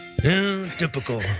Typical